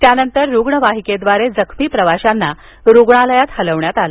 त्यानंतर रुग्णवाहिकेद्वारे जखमी प्रवाशांना रुग्णालयात हलवण्यात आलं